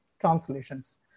translations